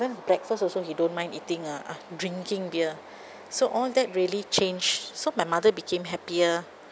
even breakfast also he don't mind eating uh drinking beer so all that really changed so my mother became happier